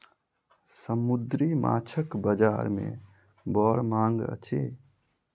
समुद्री माँछक बजार में बड़ मांग अछि